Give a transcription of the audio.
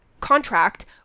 contract